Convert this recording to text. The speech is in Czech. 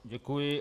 Děkuji.